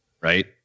right